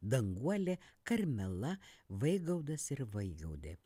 danguolė karmela vaigaudas ir vaigaudė